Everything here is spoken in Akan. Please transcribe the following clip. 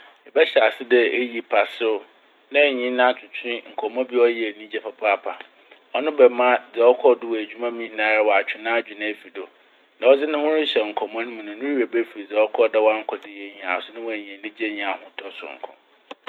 Ɛbɛhyɛ ase dɛ eriyi paserew na ɛnye no atwetwe nkɔmmɔ bi a ɔyɛ enyigye papaapa. Ɔno bɛmaa dza ɔkɔr do wɔ edwuma mu ne nyinaa ɔatwe n'adwen efi do. Na ɔdze no ho rehyɛ nkɔmmɔ no mu no werɛ befir dza ɔkɔ do a ɔannkɔ do yie nyinaa so na oenya enyigye nye ahotɔ soronko.